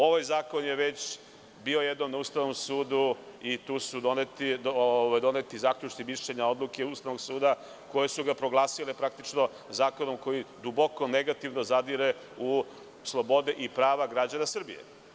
Ovaj zakon je već bio jednom na Ustavnom sudu i tu su doneti zaključci, mišljenja i odluke Ustavnog suda koje su ga proglasile praktično zakonom koji duboko negativno zadire u slobode i prava građana Srbije.